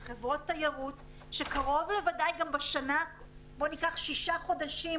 של חברות תיירות שקרוב לוודאי שבזמן הזה - ניקח שישה חודשים,